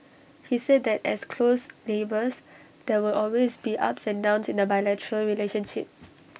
he said that as close neighbours there will always be ups and downs in the bilateral relationship